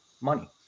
money